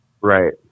Right